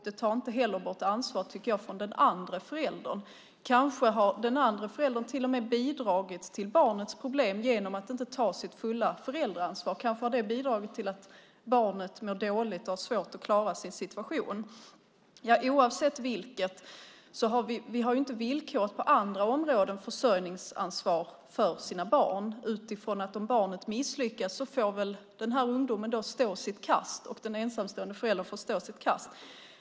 Det tar heller inte bort ansvar, tycker jag, från den andre föräldern. Kanske har den andre föräldern till och med bidragit till barnets problem genom att inte ta sitt fulla föräldraansvar. Kanske har det bidragit till att barnet mår dåligt och har svårt att klara sin situation. Oavsett vilket har vi inte villkoret på andra områden när det gäller försörjningsansvar för barn. Om barnet misslyckas får väl den här ungdomen stå sitt kast, och den ensamstående föräldern får stå sitt kast.